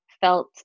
felt